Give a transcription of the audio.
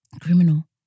Criminal